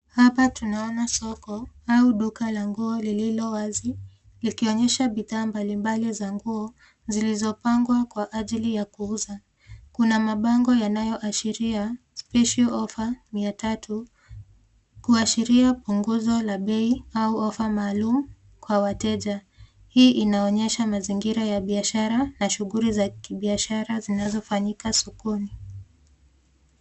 Hapa tunaona soko au duka la nguo lililo wazi likionyesha bidhaa mbalimbali za nguo zilizopangwa kwa ajili ya kuuza. Kuna mabango yanayoashiria special offer 300 kuashiria punguzo la bei au offer maalum kwa wateja. Hii inaonyesha mazingira ya biashara na shughuli za kibiashara zinazofanyika sokoni.